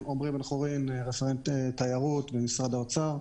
בן-חורין, רפרנט תיירות במשרד האוצר.